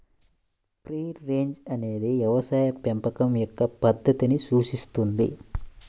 free range అనేది వ్యవసాయ పెంపకం యొక్క పద్ధతిని సూచిస్తుంది